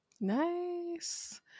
Nice